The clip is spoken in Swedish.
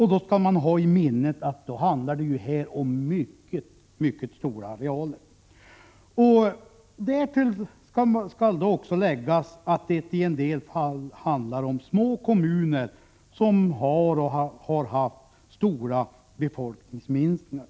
Man skall ha i minnet att det då handlar om mycket stora arealer. Till detta skall läggas att det i en del fall handlar om små kommuner som också har haft stora befolkningsminskningar.